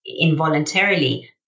involuntarily